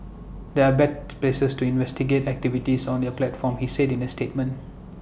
they are best places to investigate activities on their platform he said in A statement